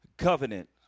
covenant